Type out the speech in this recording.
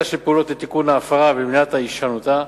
יהיה פשוט וזול יחסית,